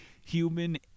human